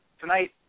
Tonight